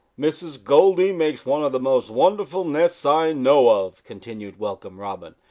mrs. goldy makes one of the most wonderful nests i know of, continued welcome robin.